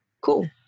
Cool